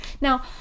now